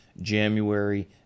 January